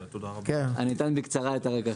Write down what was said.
אני אתן בקצרה את הרקע.